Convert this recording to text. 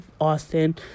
Austin